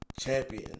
champion